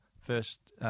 first